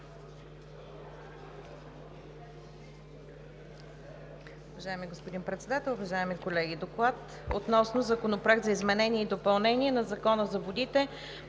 Уважаеми господин Председател, уважаеми колеги! „ДОКЛАД относно Законопроект за изменение и допълнение на Закона за водите,